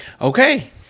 Okay